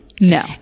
No